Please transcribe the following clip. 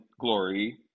glory